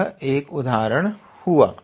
तो यह एक उदाहरण हुआ